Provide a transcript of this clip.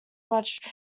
much